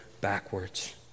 backwards